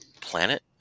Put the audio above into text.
planet